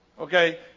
Okay